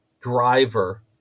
driver